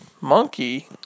Monkey